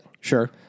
Sure